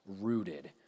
rooted